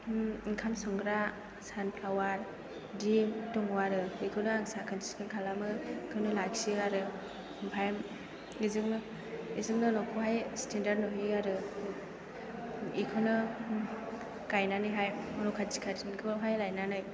ओंखाम संग्रा सानफ्लावार बिदि दङ आरो बेखौनो आं साखोन सिखोन खालामो बेखौनो लाखियो आरो ओमफ्राय बेजोंनो न'खौहाय स्टेनडार्ड नुहोयो आरो बेखौनो गायनानैहाय न' खाथि खाथिनिखौहाय लायनानै